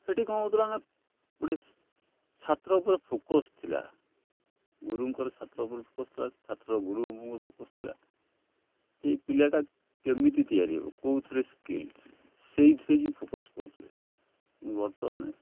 ସେଠି କ'ଣ ହେଉଥିଲା ନା ଗୋଟେ ଛାତ୍ର ଉପରେ ଫୋକସ ଥିଲା ଗୁରୁଙ୍କର ଛାତ୍ର ଉପରେ ଫୋକସ ଥିଲା ଛାତ୍ର ଗୁରୁଙ୍କର ଫୋକସ ଥିଲା ସେଇ ପିଲାଟା କେମିତି ତିଆରି ହେବ କେଉଁଥିରେ ସ୍କିଲଡ ସେଇଥିରେ ହିଁ ଫୋକସ କରୁଥିଲେ କିନ୍ତୁ ବର୍ତ୍ତମାନ